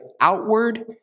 outward